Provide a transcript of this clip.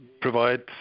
provide